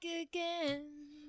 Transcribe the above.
again